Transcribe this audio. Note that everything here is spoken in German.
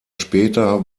später